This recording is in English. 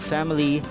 Family